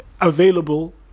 available